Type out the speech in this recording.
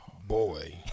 Boy